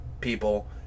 people